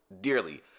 dearly